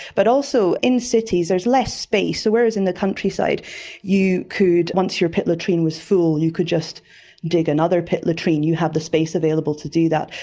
but also in cities there is less space. so whereas in the countryside you could, once your pit latrine was full you could just dig another pit latrine, you have the space available to do that.